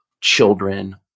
children